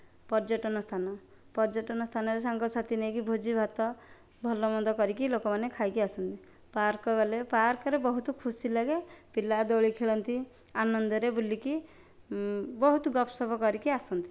ପର୍ଯ୍ୟଟନ ସ୍ଥାନ ପର୍ଯ୍ୟଟନ ସ୍ଥାନରେ ସାଙ୍ଗ ସାଥି ନେଇକି ଭୋଜିଭାତ ଭଲ ମନ୍ଦ କରିକି ଲୋକମାନେ ଖାଇକି ଆସନ୍ତି ପାର୍କ ଗଲେ ପାର୍କରେ ବହୁତ ଖୁସି ଲାଗେ ପିଲା ଦୋଳି ଖେଳନ୍ତି ଆନନ୍ଦରେ ବୁଲିକି ବହୁତ ଗପସପ କରିକି ଆସନ୍ତି